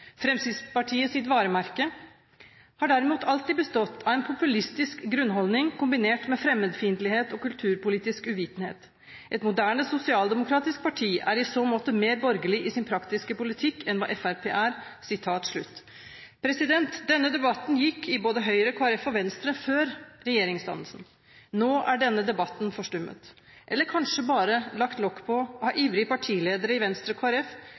varemerke har derimot alltid bestått av en populistisk grunnholdning, kombinert med fremmedfiendtlighet og kulturpolitisk uvitenhet. Et moderne sosialdemokratisk parti er i så måte mer borgerlig i sin praktiske politikk enn hva Fremskrittspartiet er.» Denne debatten gikk i både Høyre, Kristelig Folkeparti og Venstre før regjeringsdannelsen. Nå er denne debatten forstummet, eller kanskje bare lagt lokk på av ivrige partiledere i Venstre og